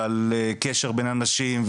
ועל קשר בין אנשים,